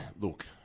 look